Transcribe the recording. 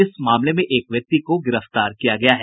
इस मामले में एक व्यक्ति को गिरफ्तार किया गया है